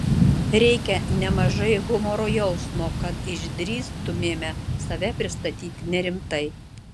reikia nemažai humoro jausmo kad išdrįstumėme save pristatyti nerimtai